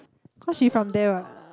cause she from there what